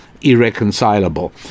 irreconcilable